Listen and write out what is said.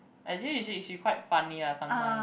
actually she she quite funny lah sometime